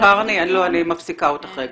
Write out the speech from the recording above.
ד"ר קרני, לא, אני מפסיקה אותך רגע.